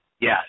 Yes